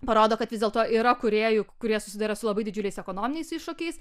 parodo kad vis dėlto yra kūrėjų kurie susiduria su labai didžiuliais ekonominiais iššūkiais